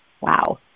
Wow